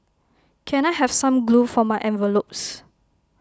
can I have some glue for my envelopes